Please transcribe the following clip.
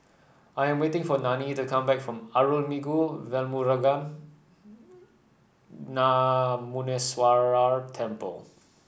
I am waiting for Nanie to come back from Arulmigu Velmurugan Gnanamuneeswarar Temple